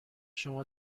شما